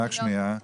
רק שנייה.